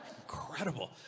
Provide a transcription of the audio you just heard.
Incredible